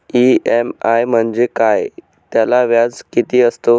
EMI म्हणजे काय? त्याला व्याज किती असतो?